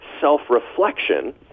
self-reflection